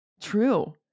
true